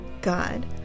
god